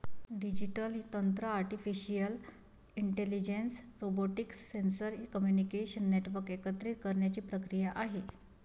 digital तंत्र artificial intelligence, robotics, sensor, communication network एकत्रित करण्याची प्रक्रिया आहे